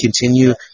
continue